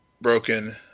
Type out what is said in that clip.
broken